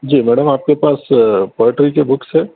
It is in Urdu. جی میڈم آپ کے پاس پوئٹری کے بکس ہیں